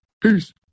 Peace